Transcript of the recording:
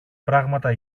πράματα